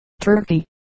Turkey